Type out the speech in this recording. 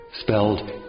spelled